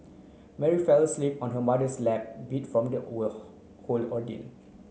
Mary fell asleep on her mother's lap beat from the whole ordeal